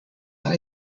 are